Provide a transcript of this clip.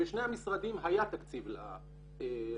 ובשני המשרדים היה תקציב לרשות.